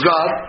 God